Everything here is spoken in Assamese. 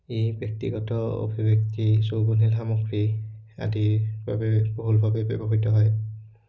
ই ব্যক্তিগত অভিৱ্যক্তি চৌকনীল সামগ্ৰী আদিৰ বাবে বহুলভাৱে ব্যৱহৃত হয়